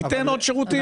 אתן עוד שירותים.